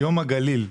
יום הגליל.